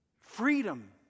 Freedom